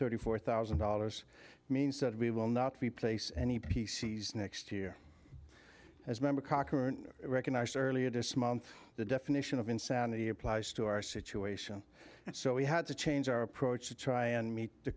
thirty four thousand dollars means that we will not replace any p c s next year as member cochrane recognized earlier this month the definition of insanity applies to our situation so we had to change our approach to try and meet the